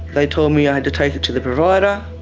they told me i had to take it to the provider.